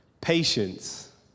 patience